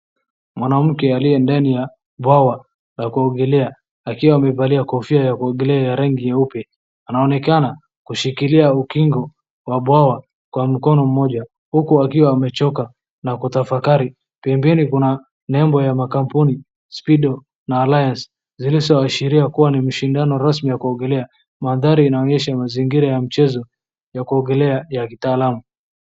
Mwanamke aliye ndani ya bwawa la kuogelea, akiwa amevalia kofia ya kuogelea ya rangi ya nyeupe, anaonekana kushikilia ukingo wa bwawa kwa mkono mmoja, huku akiwa amechoka na kutafakari. Pembeni kuna nembo ya makampuni Speedo na Alliance zilizowaashiria kuwa ni mashindano rasmi ya kuogelea. Mandhari inaonyesha mazingira ya mchezo ya kuogelea ya kitaalamu.